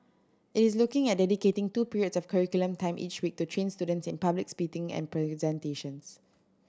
it is looking at dedicating two periods of curriculum time each week to train students in public speaking and